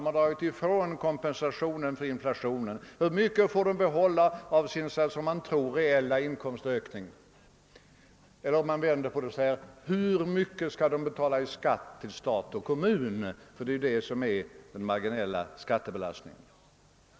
Hur mycket får de sedan behålla av sin som de tror reella inkomstökning? Man kan också vända på saken och säga: Hur stor del därav skall de betala i skatt till stat och kommun? Det är detta som är den marginella skattebelastningen.